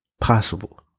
possible